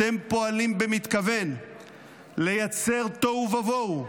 אתם פועלים במתכוון לייצר תוהו ובוהו,